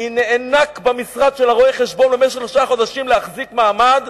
אני נאנק במשרד של רואי-החשבון במשך שלושה חודשים כדי להחזיק מעמד,